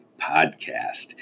Podcast